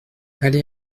allez